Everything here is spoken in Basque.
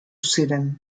ziren